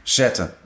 zetten